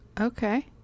Okay